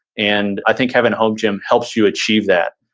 and i think having a home gym helps you achieve that.